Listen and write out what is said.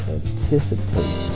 anticipate